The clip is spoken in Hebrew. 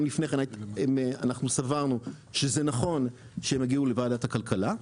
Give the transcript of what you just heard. גם לפני כן סברנו שזה נכון שהם יגיעו לוועדת הכלכלה.